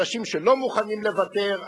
אנשים שלא מוכנים לוותר,